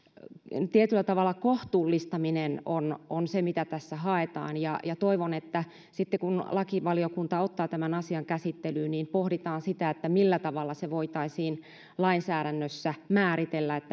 tietyllä tavalla kohtuullistaminen on on se mitä tässä haetaan ja ja toivon että sitten kun lakivaliokunta ottaa tämän asian käsittelyn niin pohditaan sitä millä tavalla voitaisiin lainsäädännössä määritellä